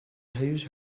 huge